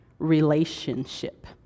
relationship